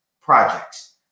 projects